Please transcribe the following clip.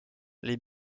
les